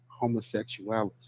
homosexuality